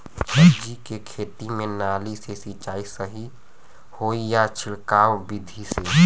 सब्जी के खेती में नाली से सिचाई सही होई या छिड़काव बिधि से?